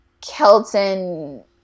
Kelton